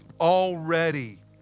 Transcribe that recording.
already